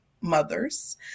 mothers